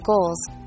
goals